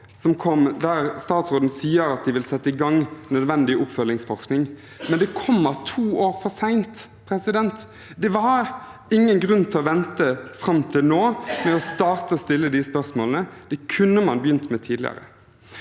der statsråden sa at de vil sette i gang nødvendig oppfølgingsforskning – men det kommer to år for sent. Det var ingen grunn til å vente fram til nå med å starte og stille de spørsmålene. Det kunne man begynt med tidligere.